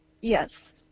Yes